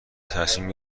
تصمیم